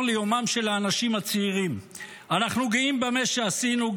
ליומם של האנשים הצעירים --- אנחנו גאים במה שעשינו,